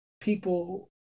people